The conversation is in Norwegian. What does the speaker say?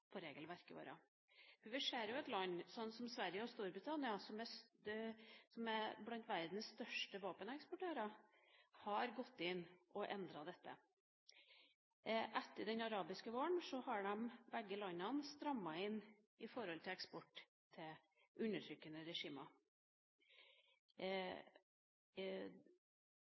Vi ser jo at land som Sverige og Storbritannia, som er blant verdens største våpeneksportører, har gått inn og endret dette. Etter den arabiske våren har begge landene strammet inn i forhold til eksport til undertrykkende